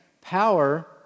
Power